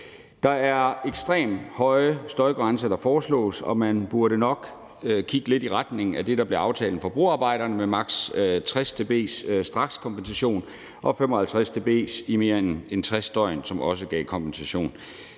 Det er ekstremt høje støjgrænser, der foreslås, og man burde nok kigge lidt i retning af det, der blev aftalen for broarbejderne, med strakskompensation ved maks. 60 dB og også kompensation